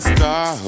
Star